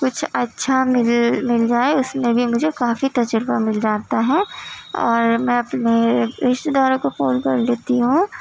کچھ اچھا مل مل جائے اس میں بھی مجھے کافی تجربہ مل جاتا ہے اور میں اپنے رشتے داروں کو فون کر لیتی ہوں